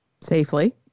Safely